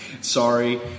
Sorry